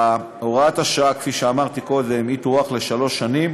הוראת השעה, כפי שאמרתי קודם, תוארך בשלוש שנים,